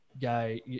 guy